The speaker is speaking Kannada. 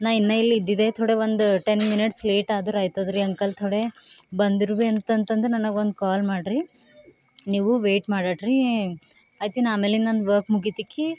ನಾನು ಇನ್ನೂ ಇಲ್ಲಿ ಇದ್ದಿದ್ದೆ ಥೋಡೆ ಒಂದು ಟೆನ್ ಮಿನಿಟ್ಸ್ ಲೇಟ್ ಅದರ ಆಯ್ತದೆ ರೀ ಅಂಕಲ್ ಥೋಡೆ ಬಂದಿರುವೆ ಅಂತಂತಂದ್ರೆ ನನಗೆ ಒಂದು ಕಾಲ್ ಮಾಡಿರಿ ನೀವು ವೇಟ್ ಮಾಡಿರಿ ಆಯ್ತಿನ್ನು ಆಮೇಲೆ ನನ್ನ ವಕ್ ಮುಗಿತಿಕಿ